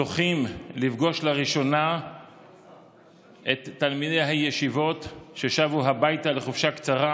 שזוכים לפגוש לראשונה את תלמידי הישיבות ששבו הביתה לחופשה קצרה,